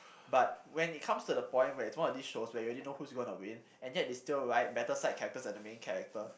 but when it comes to the point where it's one of these shows where you already know who's gonna win and yet they still write better side characters than the main character